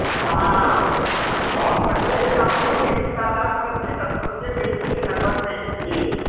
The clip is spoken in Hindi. हाँ बहुत बच्चे थे हम लोगों को लेकिन सात आठ बरस दस बरस के ऐज में लगभग में ही थे